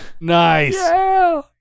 nice